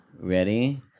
Ready